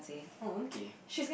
oh okay